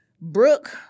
Brooke